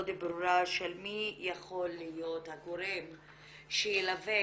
מאוד ברורה של מי יכול להיות הגורם שילווה,